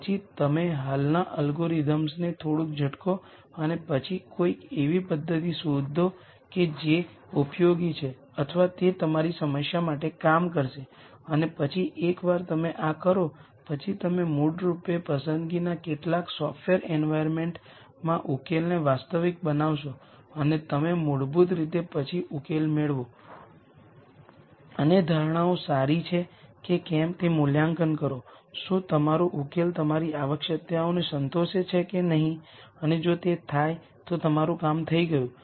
પછી તમે હાલના અલ્ગોરિધમ્સને થોડુંક ઝટકો અને પછી કોઈ એવી પદ્ધતિ શોધો કે જે ઉપયોગી છે અથવા તે તમારી સમસ્યા માટે કામ કરશે અને પછી એકવાર તમે આ કરો પછી તમે મૂળરૂપે પસંદગીના કેટલાક સોફ્ટવેર એન્વાયરમેન્ટમાં ઉકેલને વાસ્તવિક બનાવશો અને તમે મૂળભૂત રીતે પછી ઉકેલ મેળવો અને ધારણાઓ સારી છે કે કેમ તે મૂલ્યાંકન કરો શું તમારો ઉકેલ તમારી આવશ્યકતાઓને સંતોષે છે કે નહીં અને જો તે થાય તો તમારું કામ થઈ ગયું